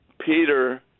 Peter